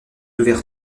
ouvert